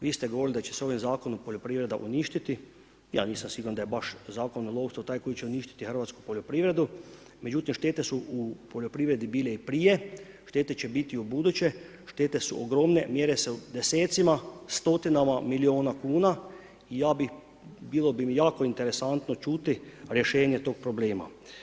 Vi ste govorili da će se ovim zakonom, poljoprivreda uništiti, ja nisam siguran da je zakon o lovstvu taj koji će uništiti hrvatsku poljoprivredu, međutim štete su poljoprivredi bile i prije, štete će biti i ubuduće, štete su ogromne, mjere se u desecima, stotina miliona kuna i bilo bi mi jako interesantno čuti rješenje tog problema.